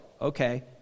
okay